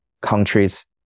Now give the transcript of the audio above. countries